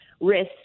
risk